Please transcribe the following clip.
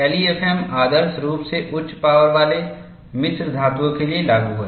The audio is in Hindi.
एलईएफएम आदर्श रूप से उच्च पावर वाले मिश्र धातुओं के लिए लागू है